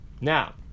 now